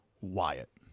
Wyatt